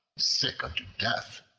sick unto death,